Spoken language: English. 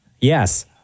Yes